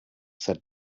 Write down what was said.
said